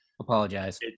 apologize